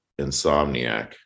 insomniac